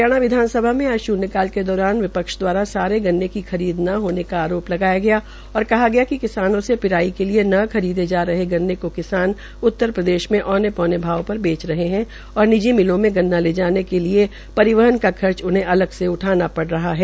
हरियाणा विधानसभा में आज श्न्यकाल के दौरान विपक्ष दवारा आरोप सारे गन्ने की खरीद न होने का आरोप लगाया और कहा गया कि किसानों से पिराई के लिए न खरीदे जा रहे गन्ने को किसान उत्तरप्रदेश में औने पौने भाव पर बेच रहे है और निजी मिलों में गन्ना ले जाने के लिए परिवहन का खर्च उसे अलग से उठाना पड़ा रहा है